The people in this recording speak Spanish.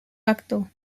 acto